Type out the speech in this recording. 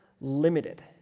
limited